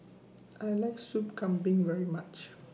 I like Sup Kambing very much